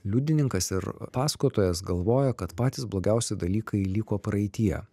liudininkas ir pasakotojas galvoja kad patys blogiausi dalykai liko praeityje